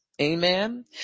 Amen